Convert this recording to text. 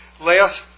Last